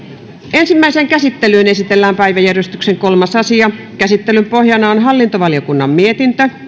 ensimmäiseen käsittelyyn esitellään päiväjärjestyksen kolmas asia käsittelyn pohjana on hallintovaliokunnan mietintö